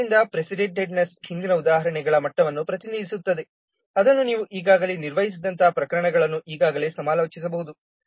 ಆದ್ದರಿಂದ ಪ್ರಿಸಿಡೆಂಟೆಡ್ನೆಸ್ ಹಿಂದಿನ ಉದಾಹರಣೆಗಳ ಮಟ್ಟವನ್ನು ಪ್ರತಿನಿಧಿಸುತ್ತದೆ ಅದನ್ನು ನೀವು ಈಗಾಗಲೇ ನಿರ್ವಹಿಸಿದಂತಹ ಪ್ರಕರಣಗಳನ್ನು ಈಗಾಗಲೇ ಸಮಾಲೋಚಿಸಬಹುದು